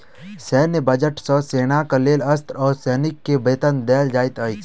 सैन्य बजट सॅ सेनाक लेल अस्त्र आ सैनिक के वेतन देल जाइत अछि